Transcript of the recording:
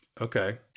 Okay